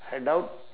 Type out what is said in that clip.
I doubt